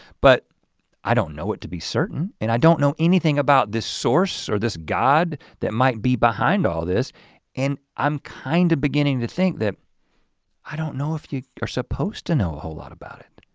but i don't know it to be certain and i don't know anything about this source or this god that might be behind all this and i'm kind of beginning to think that i don't know if you are supposed to know a whole lot about it.